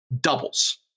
doubles